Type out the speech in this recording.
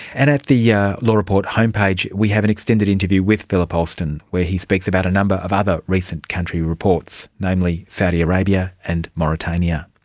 and at the yeah law report homepage we have an extended interview with philip alston where he speaks about a number of other recent country reports, namely saudi arabia and mauritania.